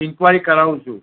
ઇંકવાઈ કરાવું છું